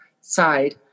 side